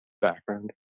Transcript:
background